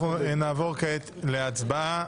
אנחנו נעבור כעת להצבעה.